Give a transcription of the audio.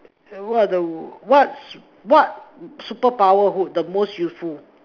what the what s~ what superpower would the most useful